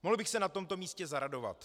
Mohl bych se na tomto místě zaradovat.